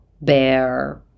bear